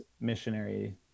missionary